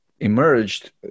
emerged